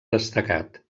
destacat